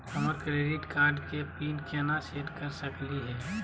हमर credit card के PIN केना सेट कर सकली हे?